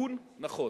תיקון נכון.